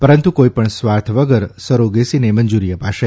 પરંતુ કોઇપણ સ્વાર્થ વગર સરોગેસીને મંજૂરી અપાશે